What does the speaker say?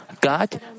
God